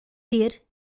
ter